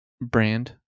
brand